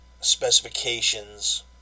specifications